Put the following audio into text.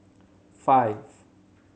five